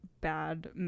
bad